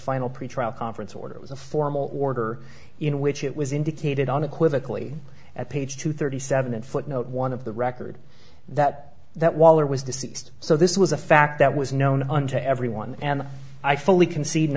final pretrial conference order was a formal order in which it was indicated on equivocally at page two thirty seven and footnote one of the record that that waller was deceased so this was a fact that was known to everyone and i fully conced